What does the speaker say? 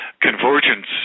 convergence